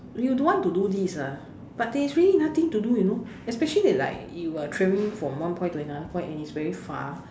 if you don't want to do this ah but there is really nothing to do you know especially like you are travelling from one point to another point and it's very far